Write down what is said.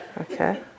Okay